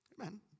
Amen